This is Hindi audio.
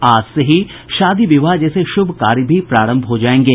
आज से ही शादी विवाह जैसे श्रभ कार्य भी प्रारंभ हो जायेंगे